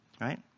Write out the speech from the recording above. right